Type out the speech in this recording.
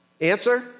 Answer